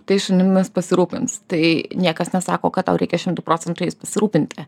tais šunimis pasirūpins tai niekas nesako kad tau reikia šimtu procentų jais pasirūpinti